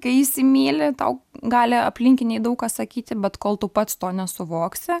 kai įsimyli tau gali aplinkiniai daug ką sakyti bet kol tu pats to nesuvoksi